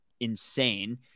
insane